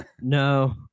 No